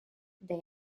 they